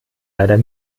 leider